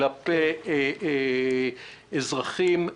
כלפי אזרחים,